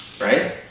right